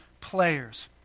players